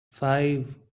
five